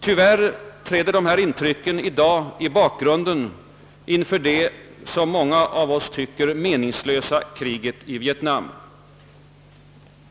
Tyvärr träder dessa intryck i dag i bakgrunden för det, som många av oss tycker, meningslösa kriget i Vietnam.